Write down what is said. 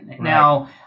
Now